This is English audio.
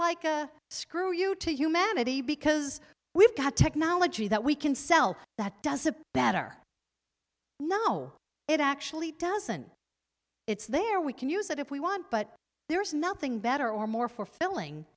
like a screw you to humanity because we've got technology that we can sell that does a better know it actually doesn't it's there we can use it if we want but there is nothing better or more for filling